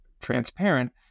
transparent